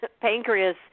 pancreas